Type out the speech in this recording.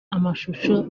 amashusho